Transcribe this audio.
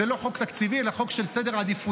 זה לא חוק תקציבי, אלא חוק של סדר עדיפויות,